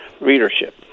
readership